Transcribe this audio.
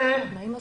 תנאים הסוציאליים.